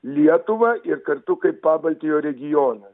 lietuvą ir kartu kaip pabaltijo regioną